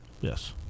Yes